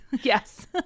Yes